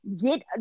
get